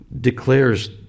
declares